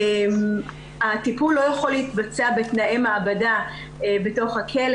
הטיפול לא יכול להתבצע בתנאי מעבדה בתוך הכלא,